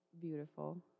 beautiful